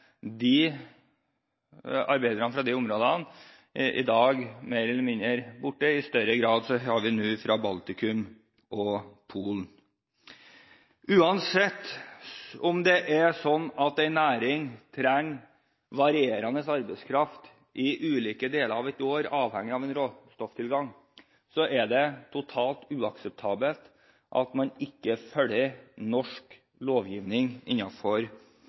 mer eller mindre borte, og det er nå i større grad arbeidere fra Baltikum og Polen der. Selv om en næring trenger varierende mengde arbeidskraft i ulike deler av et år, avhengig av råstofftilgangen, er det totalt uakseptabelt at man ikke følger